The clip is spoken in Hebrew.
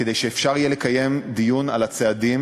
כדי שאפשר יהיה לקיים דיון על הצעדים